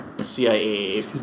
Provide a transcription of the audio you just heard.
CIA